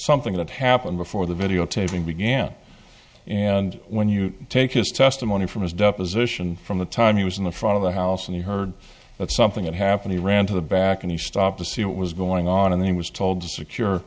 something that happened before the videotaping began and when you take his testimony from his deposition from the time he was in the front of the house and you heard that something that happened he ran to the back and he stopped to see what was going on in the he was told to secure